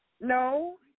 No